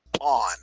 on